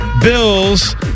Bills